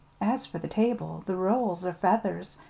as for the table the rolls are feathers,